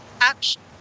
action